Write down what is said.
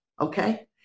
Okay